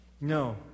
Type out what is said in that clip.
No